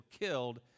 killed